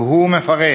והוא מפרט: